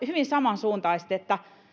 hyvin samansuuntaiset että